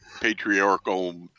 patriarchal